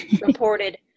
reported